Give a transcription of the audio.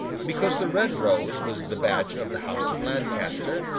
because the red rose was the badge of the house of lancaster,